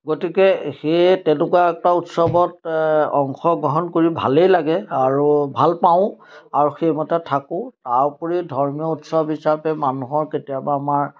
গতিকে সেয়ে তেনেকুৱা এটা উৎসৱত অংশগ্ৰহণ কৰি ভালেই লাগে আৰু ভাল পাওঁ আৰু সেইমতে থাকোঁ তাৰ উপৰি ধৰ্মীয় উৎসৱ হিচাপে মানুহৰ কেতিয়াবা আমাৰ